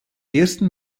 ersten